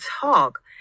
talk